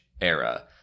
era